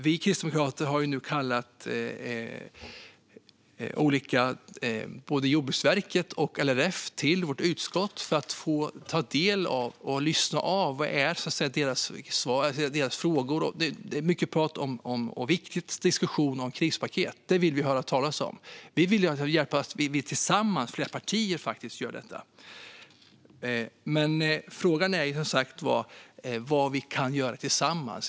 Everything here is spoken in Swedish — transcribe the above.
Vi kristdemokrater har nu kallat både Jordbruksverket och LRF till vårt utskott för att få ta del av och lyssna av deras frågor. Det sker en viktig diskussion om krispaket. Det vill vi höra mer om. Vi vill att flera partier hjälps åt och gör detta tillsammans. Frågan är som sagt vad vi kan göra tillsammans.